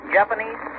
Japanese